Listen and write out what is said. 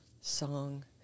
song